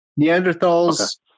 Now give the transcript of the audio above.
Neanderthals